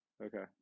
Okay